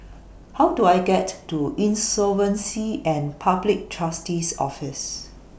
How Do I get to Insolvency and Public Trustee's Office